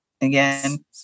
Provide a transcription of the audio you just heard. Again